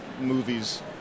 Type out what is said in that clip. movies